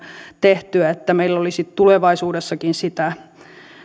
tehtyä että meillä olisi tulevaisuudessakin sitä